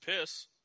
piss